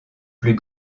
plus